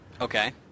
Okay